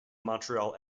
montreal